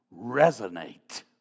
resonate